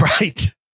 right